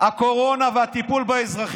הקורונה והטיפול באזרחים.